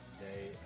day